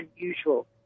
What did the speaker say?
unusual